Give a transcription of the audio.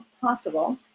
possible